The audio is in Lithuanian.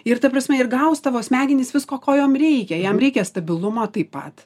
ir ta prasme ir gaus tavo smegenys visko ko jom reikia jam reikia stabilumo taip pat